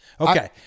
Okay